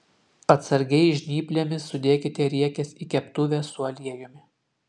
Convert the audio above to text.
atsargiai žnyplėmis sudėkite riekes į keptuvę su aliejumi